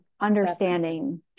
understanding